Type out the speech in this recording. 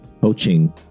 coaching